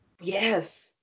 yes